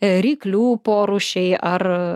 ryklių porūšiai ar